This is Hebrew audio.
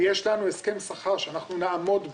ויש לנו הסכם שכר שאנחנו נעמוד בו,